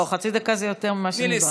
לא, חצי דקה זה יותר ממה שנדרש.